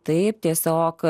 taip tiesiog